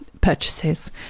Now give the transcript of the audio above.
purchases